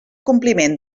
compliment